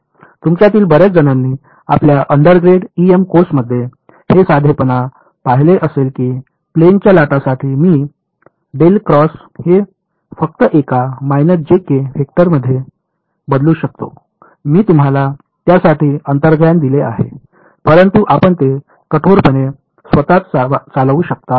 तुमच्यातील बर्याच जणांनी आपल्या अंडरग्रेड ईएम कोर्समध्ये हे साधेपणा पाहिले असेल की प्लेनच्या लाटासाठी मी हे फक्त एका वेक्टरने बदलू शकतो मी तुम्हाला त्यासाठी अंतर्ज्ञान दिले आहे परंतु आपण ते कठोरपणे स्वत चालवू शकता